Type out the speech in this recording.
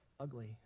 ugly